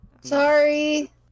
Sorry